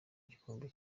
gikombe